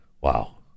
Wow